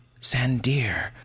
Sandir